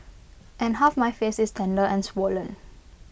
and half my face is tender and swollen